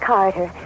Carter